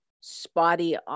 spotty